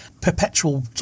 perpetual